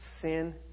sin